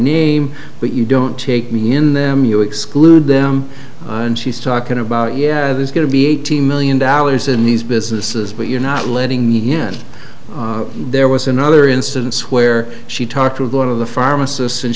name but you don't take me in them you exclude them and she's talking about yeah there's going to be eighty million dollars in these businesses but you're not letting me in there was another instance where she talked with one of the pharmacists and